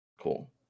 Cool